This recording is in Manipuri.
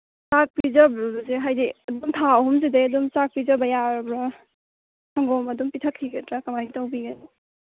ꯆꯥꯛ ꯄꯤꯖꯁꯤ ꯍꯥꯏꯗꯤ ꯑꯗꯨꯝ ꯊꯥ ꯑꯍꯨꯝꯁꯤꯗꯩꯒꯤ ꯑꯗꯨꯝ ꯆꯥꯛ ꯄꯤꯖꯕ ꯌꯥꯔꯕ꯭ꯔꯣ ꯁꯪꯒꯣꯝ ꯑꯗꯨꯝ ꯄꯤꯊꯛꯈꯤꯗ꯭ꯔꯥ ꯀꯃꯥꯏꯅ ꯇꯧꯕꯤꯒꯅꯤ